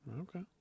Okay